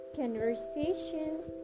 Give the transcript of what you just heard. conversations